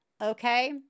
Okay